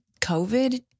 covid